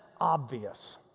obvious